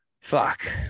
fuck